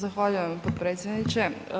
Zahvaljujem potpredsjedniče.